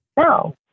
No